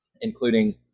including